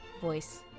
Voice